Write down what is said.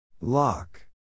Lock